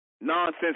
nonsense